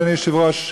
אדוני היושב-ראש,